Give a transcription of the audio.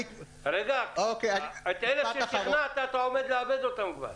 אלה ששכנעת, אתה עומד לאבד אותם כבר.